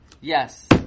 Yes